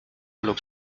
lub